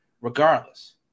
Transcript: regardless